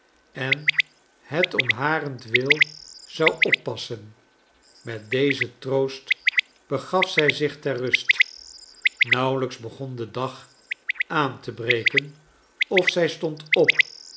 en het om harentwil zou oppassen met dezen troost begaf zij zich ter rust nauwelijks begon de dag aan te breken of zij stond op